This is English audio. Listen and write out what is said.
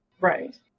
Right